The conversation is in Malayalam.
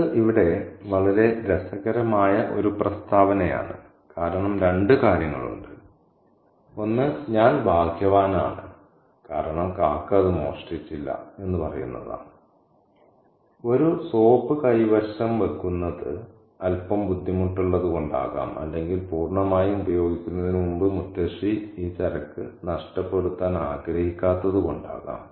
ഇത് ഇവിടെ വളരെ രസകരമായ ഒരു പ്രസ്താവനയാണ് കാരണം രണ്ട് കാര്യങ്ങളുണ്ട് ഒന്ന് ഞാൻ ഭാഗ്യവാനാണ് കാരണം കാക്ക അത് മോഷ്ടിച്ചില്ല എന്ന് പറയുന്നതാണ് ഒരു സോപ്പ് കൈവശം വയ്ക്കുന്നത് അൽപ്പം ബുദ്ധിമുട്ടുള്ളതുകൊണ്ടാകാം അല്ലെങ്കിൽ പൂർണ്ണമായും ഉപയോഗിക്കുന്നതിന് മുമ്പ് മുത്തശ്ശി ഈ ചരക്ക് നഷ്ടപ്പെടുത്താൻ ആഗ്രഹിക്കാത്തതുകൊണ്ടാകാം